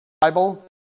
bible